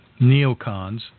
neocons